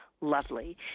lovely